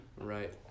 Right